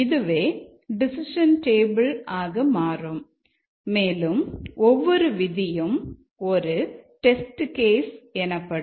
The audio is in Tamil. இதுவே டெசிஷன் டேபிள் எனப்படும்